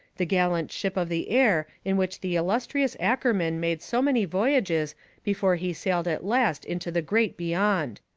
the gallant ship of the air in which the illustrious ackerman made so many voyages before he sailed at last into the great beyond!